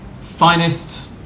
finest